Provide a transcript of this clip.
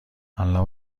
الآن